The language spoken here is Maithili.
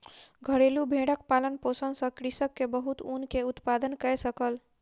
घरेलु भेड़क पालन पोषण सॅ कृषक के बहुत ऊन के उत्पादन कय सकल